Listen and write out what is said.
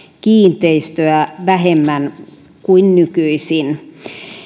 kiinteistöä vähemmän kuin nykyisin